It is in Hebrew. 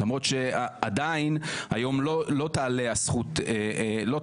למרות שעדיין היום לא